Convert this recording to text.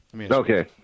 Okay